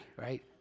right